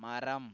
மரம்